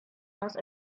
must